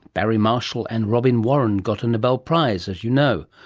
barry marshall and robin warren got a nobel prize as you know.